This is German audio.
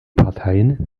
parteien